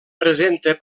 presenta